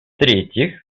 третьих